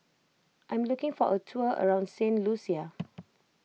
I am looking for a tour around Saint Lucia